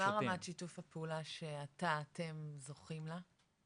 ומה רמת שיתוף הפעולה שאתם זוכים לה?